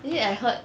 is it I heard